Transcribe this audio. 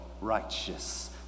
righteous